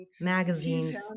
magazines